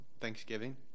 Thanksgiving